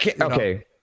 Okay